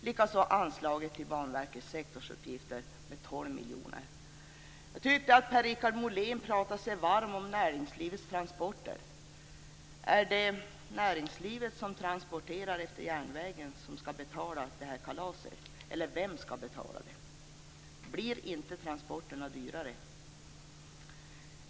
Likaså vill man minska anslaget till Banverkets sektorsuppgifter med 12 miljoner. Jag tyckte att Per-Richard Molén pratade sig varm om näringslivets transporter. Är det näringslivet som transporterar på järnvägen som skall betala kalaset, eller vem skall betala det? Blir inte transporterna dyrare?